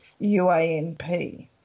UANP